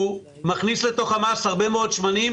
הוא מכניס לתוך המס הרבה מאוד שמנים